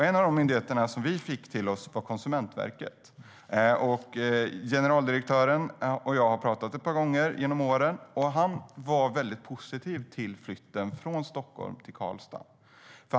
En av de myndigheter som vi fick till oss var Konsumentverket. Generaldirektören och jag har talat med varandra ett par gånger genom åren. Han var väldigt positiv till flytten från Stockholm till Karlstad.